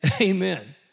Amen